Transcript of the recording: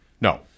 No